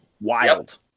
Wild